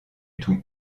tout